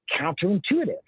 counterintuitive